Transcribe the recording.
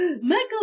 Michael